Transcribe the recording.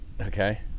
okay